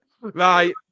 Right